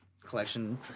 Collection